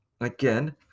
again